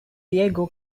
diego